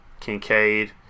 kincaid